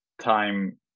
time